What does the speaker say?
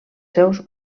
seus